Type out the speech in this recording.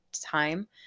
time